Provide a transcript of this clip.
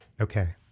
Okay